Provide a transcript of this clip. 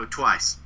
twice